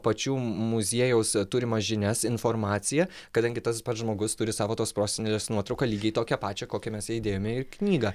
pačių muziejaus turimas žinias informaciją kadangi tas pats žmogus turi savo tos prosenelės nuotrauką lygiai tokią pačią kokią mes ją įdėjome ir knygą